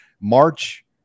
march